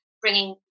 bringing